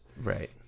Right